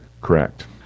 Correct